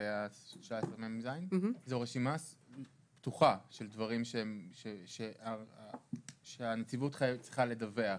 לגבי 19נג. זו רשימה פתוחה של דברים שהנציבות צריכה לדווח.